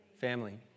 Family